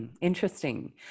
Interesting